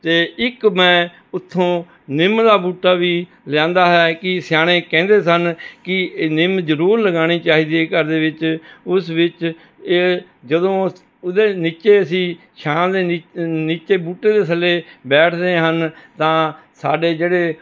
ਅਤੇ ਇਕ ਮੈਂ ਉੱਥੋਂ ਨਿੰਮ ਦਾ ਬੂਟਾ ਵੀ ਲਿਆਂਦਾ ਹੈ ਕਿ ਸਿਆਣੇ ਕਹਿੰਦੇ ਸਨ ਕਿ ਨਿੰਮ ਜ਼ਰੂਰ ਲਗਾਉਣੀ ਚਾਹੀਦੀ ਹੈ ਘਰ ਦੇ ਵਿੱਚ ਉਸ ਵਿੱਚ ਇਹ ਜਦੋਂ ਉਹਦੇ ਨੀਚੇ ਅਸੀਂ ਛਾਂ ਦੇ ਨੀ ਨੀਚੇ ਬੂਟੇ ਦੇ ਥੱਲੇ ਬੈਠਦੇ ਹਨ ਤਾਂ ਸਾਡੇ ਜਿਹੜੇ